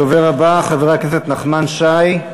הדובר הבא, חבר הכנסת נחמן שי.